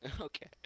Okay